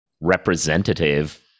representative